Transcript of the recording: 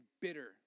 bitter